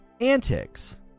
antics